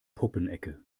puppenecke